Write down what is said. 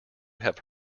have